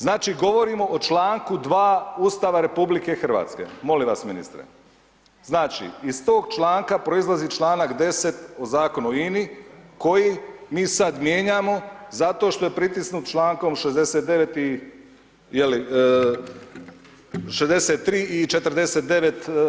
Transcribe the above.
Znači govorimo o članku 2. Ustava RH, molim vas ministre, znači iz tog članka proizlazi članak 10. o Zakonu o INI koji mi sad mijenjamo zato što je pritisnut člankom 69. i jeli 63. i 49.